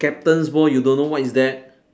captain's ball you don't know what is that